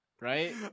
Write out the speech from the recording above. Right